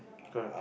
girl